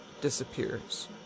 disappears